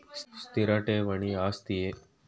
ಸ್ಥಿರ ಠೇವಣಿ ಆಸ್ತಿಯೇ?